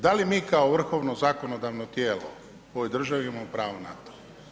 Da li mi kao vrhovno, zakonodavno tijelo u ovoj državi imamo pravo na to?